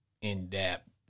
in-depth